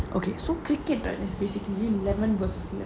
okay so cricket that is basically eleven was